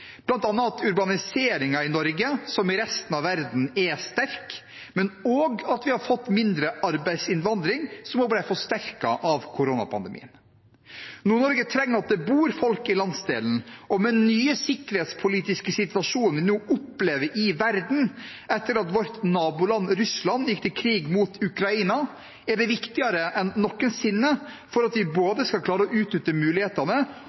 at urbaniseringen i Norge – som i resten av verden – er sterk, men også at vi har fått mindre arbeidsinnvandring, noe som ble forsterket av koronapandemien. Nord-Norge trenger at det bor folk i landsdelen, og med den nye sikkerhetspolitiske situasjonen vi nå opplever i verden etter at vårt naboland Russland gikk til krig mot Ukraina, er det viktigere enn noensinne for at vi skal klare både å utnytte mulighetene